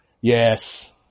Yes